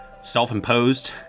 self-imposed